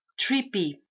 trippy